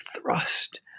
thrust